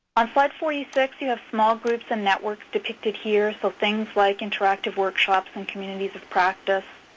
on slide forty six, you have small groups and networks depicted here. so things like interactive workshops and communities of practice.